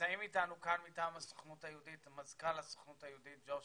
נמצאים אתנו כאן מטעם הסוכנות היהודית מזכ"ל הסוכנות היהודית ג'וש